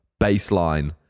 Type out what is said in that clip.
baseline